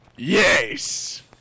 Yes